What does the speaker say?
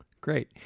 Great